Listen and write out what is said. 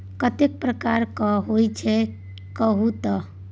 कतेक प्रकारक कर होइत छै कहु तए